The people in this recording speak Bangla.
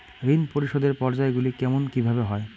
ঋণ পরিশোধের পর্যায়গুলি কেমন কিভাবে হয়?